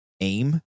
aim